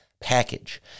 Package